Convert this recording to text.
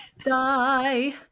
die